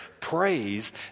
praise